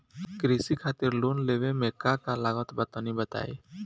कृषि खातिर लोन लेवे मे का का लागत बा तनि बताईं?